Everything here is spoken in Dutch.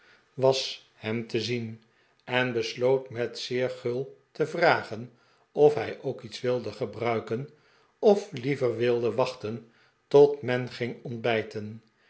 was hem te zien en besloot met zeer gul te vragen of hij ook iets wilde gebruiken of liever wilde wachten tot men ging ontbijten